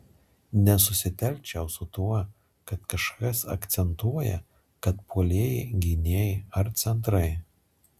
nesusitelkčiau su tuo kad kažkas akcentuoja kad puolėjai gynėjai ar centrai